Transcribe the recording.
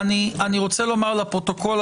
רוצה לומר לפרוטוקול,